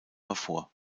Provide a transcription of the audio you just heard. hervor